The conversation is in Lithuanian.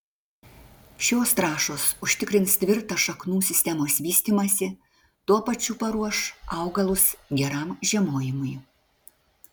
šios trąšos užtikrins tvirtą šaknų sistemos vystymąsi tuo pačiu paruoš augalus geram žiemojimui